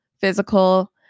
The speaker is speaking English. physical